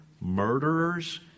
murderers